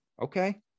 Okay